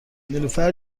نیلوفر